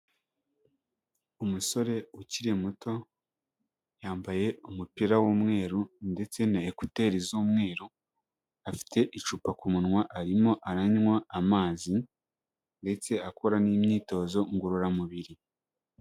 Umusore ukiri muto, yambaye umupira w'umweru ndetse na ekuteri z'umweru, afite icupa ku munwa arimo aranywa amazi, ndetse akora n'imyitozo ngororamubiri.